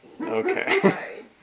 Okay